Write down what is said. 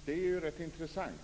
Herr talman! Det är ganska intressant.